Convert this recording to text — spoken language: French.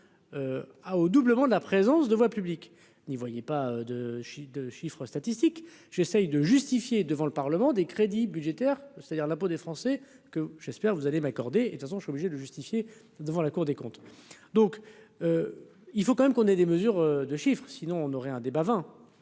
au doublement de la présence de voie publique, n'y voyez pas de shit de chiffres statistiques, j'essaie de justifier devant le Parlement des crédits budgétaires, c'est-à-dire la peau des Français que j'espère que vous allez m'accorder de toute façon, je suis obligée de justifier devant la Cour des comptes, donc il faut quand même qu'on ait des mesures de chiffres, sinon on aurait un débat 20,